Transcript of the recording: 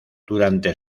durante